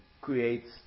creates